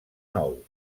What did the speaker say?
nou